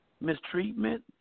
mistreatment